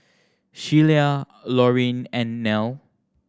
Shelia Lorene and Nell